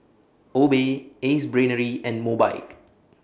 Obey Ace Brainery and Mobike